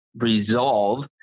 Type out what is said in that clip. Resolve